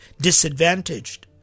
disadvantaged